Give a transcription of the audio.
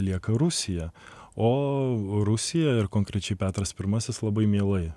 lieka rusija o rusija ir konkrečiai petras pirmasis labai mielai